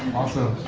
awesome.